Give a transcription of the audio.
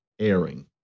airing